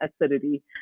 acidity